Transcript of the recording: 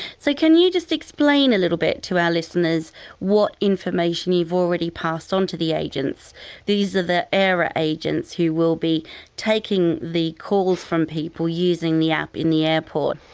so can you just explain a little bit to our listeners what information you've already passed on to the agents these are the aira agents who will be taking the calls from people using the app in the airport?